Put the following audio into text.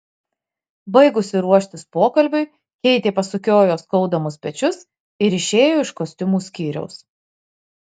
baigusi ruoštis pokalbiui keitė pasukiojo skaudamus pečius ir išėjo iš kostiumų skyriaus